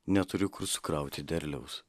neturiu kur sukrauti derliaus